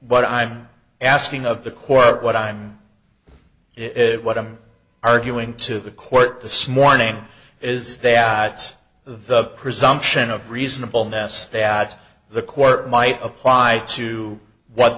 what i'm asking of the court what i'm it what i'm arguing to the court the smore ning is that the presumption of reasonable ness that the court might apply to what